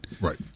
Right